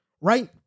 Right